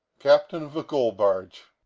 captain of a coal barge.